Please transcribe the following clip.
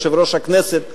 יושב-ראש הכנסת,